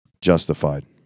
Justified